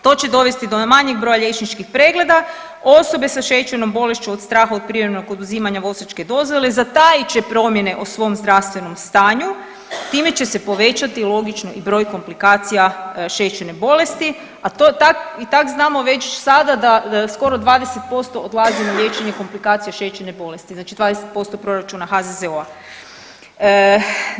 To će dovesti do manjeg broja liječničkih pregleda osobe sa šećernom bolešću od straha od privremenog oduzimanja vozačke dozvole, zatajit će promjene o svom zdravstvenom stanju time će se povećati logično i broj komplikacija šećerne bolesti i tak znamo već sada da skoro 20% odlazi na liječenje komplikacija šećerne bolesti, znači 20% proračuna HZZO-a.